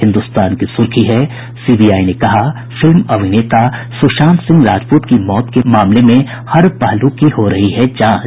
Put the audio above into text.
हिन्दुस्तान की सुर्खी है सीबीआई ने कहा फिल्म अभिनेता सुशांत सिंह राजपूत की मौत के मामले में हर पहलू की हो रही है जांच